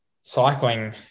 cycling